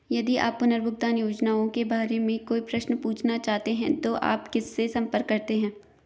यदि आप पुनर्भुगतान योजनाओं के बारे में कोई प्रश्न पूछना चाहते हैं तो आप किससे संपर्क करते हैं?